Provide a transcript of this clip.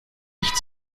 nicht